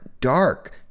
dark